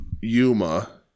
Yuma